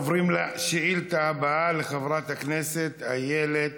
עוברים לשאילתה הבאה, של חברת הכנסת איילת